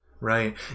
Right